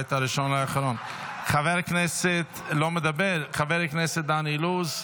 לא מדבר, חבר הכנסת דן אילוז,